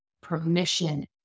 permission